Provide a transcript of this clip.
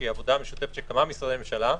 שהיא עבודה משותפת של כמה משרדי ממשלה,